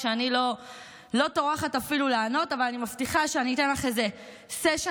אני לא טורחת אפילו לענות אבל אני מבטיחה שאתן לך איזה סשן,